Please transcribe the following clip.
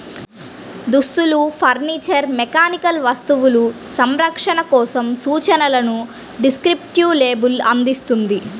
దుస్తులు, furniture, mechanical వస్తువులు, సంరక్షణ కోసం సూచనలను డిస్క్రిప్టివ్ లేబుల్ అందిస్తుంది